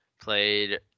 Played